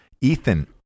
Ethan